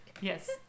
Yes